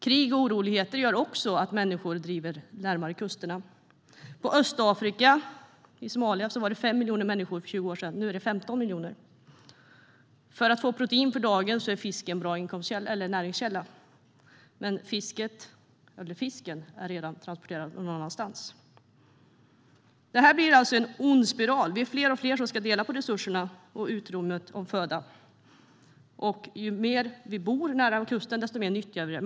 Krig och oroligheter gör också att människor driver närmare kusterna. I Somalia i Östafrika fanns det för 20 år sedan 5 miljoner människor. Nu är det 15 miljoner. Fisk är en bra näringskälla för att få protein för dagen, men fisken är redan transporterad någon annanstans. Det här blir alltså en ond spiral. Vi är fler och fler som ska dela på resurserna, utrymmet och födan, och ju fler som bor nära en kust desto mer nyttjar vi det.